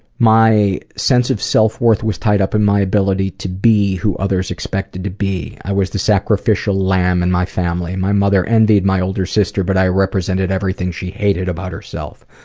my sense of self worth was tied up in my ability to be who others expected me to be. i was the sacrificial lamb in my family. my mother envied my older sister but i represented everything she hated about herself.